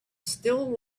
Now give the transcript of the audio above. still